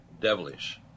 devilish